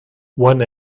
one